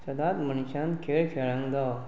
सदांच मनशान खेळ खेळूंक जावो